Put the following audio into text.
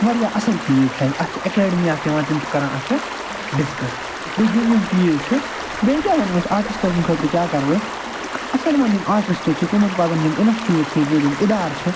واریاہ اصل چیٖز چھِ اتہِ اتہِ چھِ اکٮ۪ڈمی اکھ یِوان تِم چھِ کران اتھ پٮ۪ٹھ ڈسکس گوو یِم یِم چیٖز چھِ بییٚہ کیٚاہ ونو أسۍ آرٹسٹن خٲطرٕ کیٚاہ کرو أسۍ اصل یِم وۄن آرٹِسٹ چھِ تِمن پٔزن یِم انسٹِچوٹ چھِ ادارٕ چھِ